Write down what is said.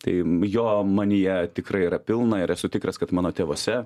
tai jo manyje tikrai yra pilna ir esu tikras kad mano tėvuose